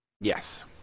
Yes